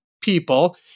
people